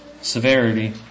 severity